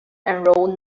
enroll